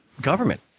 government